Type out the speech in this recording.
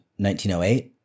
1908